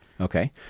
Okay